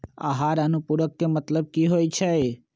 आहार अनुपूरक के मतलब की होइ छई?